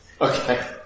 Okay